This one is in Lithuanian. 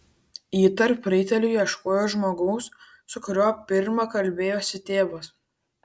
ji tarp raitelių ieškojo žmogaus su kuriuo pirma kalbėjosi tėvas